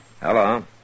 Hello